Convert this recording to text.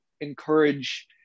encourage